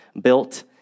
built